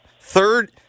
third